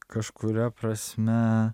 kažkuria prasme